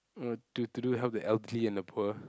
uh to to do help the elderly and the poor